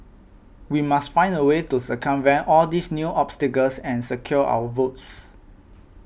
we must find a way to circumvent all these new obstacles and secure our votes